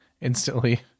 instantly